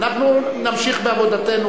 אנחנו נמשיך בעבודתנו,